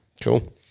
Cool